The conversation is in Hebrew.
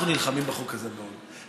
אנחנו נלחמים בחוק הזה מאוד,